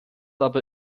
aber